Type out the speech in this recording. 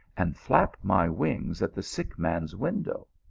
and flap my wings at the sick man s window.